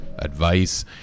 advice